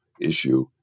issue